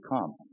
come